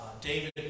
David